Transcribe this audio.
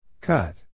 Cut